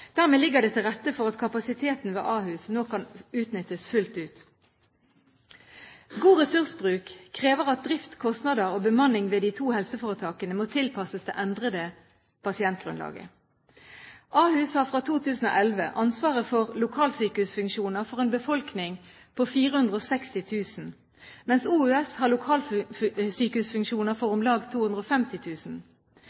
Dermed ligger det til rette for at kapasiteten ved Ahus nå kan utnyttes fullt ut. God ressursbruk krever at drift, kostnader og bemanning ved de to helseforetakene må tilpasses det endrede pasientgrunnlaget. Ahus har fra 2011 ansvaret for lokalsykehusfunksjoner for en befolkning på 460 000, mens Oslo universitetssykehus har lokalsykehusfunksjoner for